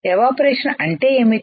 evaporation అంటే ఏమిటి